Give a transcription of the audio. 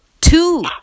two